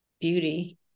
beauty